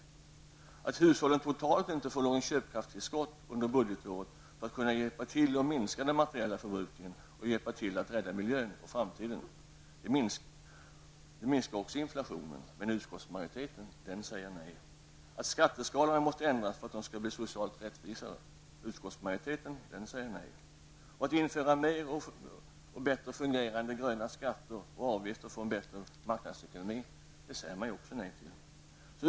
5. att hushållen totalt inte får något köpkraftstillskott under budgetåret, för att kunna hjälpa till att minska den materiella förbrukningen och hjälpa till att rädda miljön och framtiden. Det minskar också inflationen. Men utskottsmajoriteten säger nej. 6. att skatteskalorna måste ändras så att de blir socialt rättvisare. Utskottsmajoriteten säger nej. 7. att införa mera och bättre fungerande gröna skatter och avgifter för att få en bättre marknadsekonomi. Det säger man också nej till.